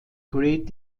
great